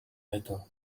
method